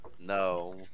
No